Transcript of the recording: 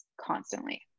constantly